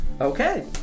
Okay